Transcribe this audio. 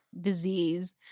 disease